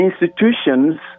institutions